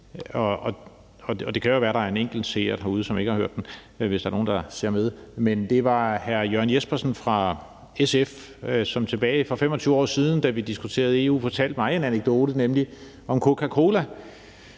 Og det kan jo være, at der er en enkelt seer derude, som ikke har hørt den, hvis der er nogen, der ser med. Det var Jørgen Jespersen fra SF, som tilbage for 25 år siden, da vi diskuterede EU, fortalte mig en anekdote, nemlig om Coca-Cola.